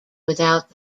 without